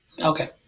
Okay